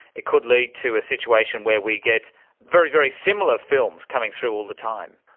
it could lead to a situation where we get very, very similar films coming through all the time?